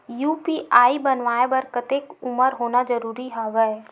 UPI बनवाय बर कतेक उमर होना जरूरी हवय?